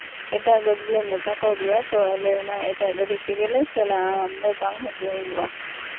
ᱮᱴᱟᱜ ᱜᱟᱹᱰᱤᱞᱮ ᱢᱮᱛᱟ ᱠᱟᱣᱫᱮᱭᱟ ᱛᱳ ᱟᱞᱮ ᱚᱱᱟ ᱮᱴᱟᱜ ᱜᱟᱹᱰᱤ ᱛᱮᱜᱮᱞᱮ ᱪᱟᱞᱟᱜᱼᱟ ᱟᱢᱫᱚ ᱵᱟᱝ ᱦᱤᱡᱩᱜ ᱦᱩᱭᱩᱜᱼᱟ